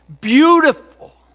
Beautiful